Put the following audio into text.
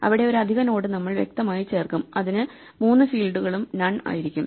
അവിടെ ഒരു അധിക നോഡ് നമ്മൾ വ്യക്തമായി ചേർക്കും ഇതിന് മൂന്ന് ഫീൽഡുകളും നൺ ആയിരിക്കും